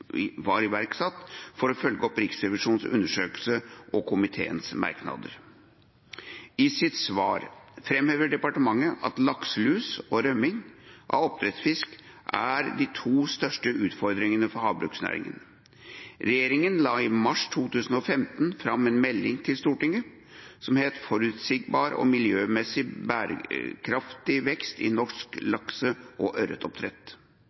var iverksatt for å følge opp Riksrevisjonens undersøkelse og komiteens merknader. I sitt svar fremhever departementet at lakselus og rømming av oppdrettsfisk er de to største utfordringene for havbruksnæringen. Regjeringen la i mars 2015 fram en melding til Stortinget – «Forutsigbar og miljømessig bærekraftig vekst i norsk lakse- og